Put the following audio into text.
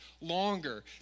longer